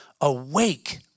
Awake